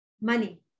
money